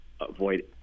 avoid